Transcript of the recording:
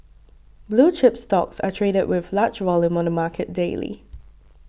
blue chips stocks are traded with large volume on the market daily